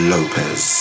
Lopez